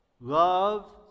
love